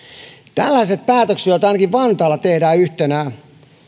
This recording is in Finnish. tällaiset päätökset joita ainakin vantaalla tehdään yhtenään